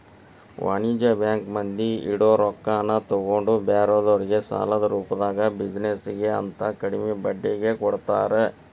ವಾಣಿಜ್ಯ ಬ್ಯಾಂಕ್ ಮಂದಿ ಇಡೊ ರೊಕ್ಕಾನ ತಗೊಂಡ್ ಬ್ಯಾರೆದೊರ್ಗೆ ಸಾಲದ ರೂಪ್ದಾಗ ಬಿಜಿನೆಸ್ ಗೆ ಅಂತ ಕಡ್ಮಿ ಬಡ್ಡಿಗೆ ಕೊಡ್ತಾರ